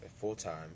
full-time